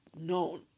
Known